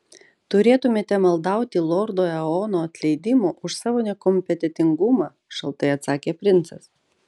turėtumėte maldauti lordo eono atleidimo už savo nekompetentingumą šaltai atsakė princas